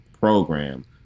program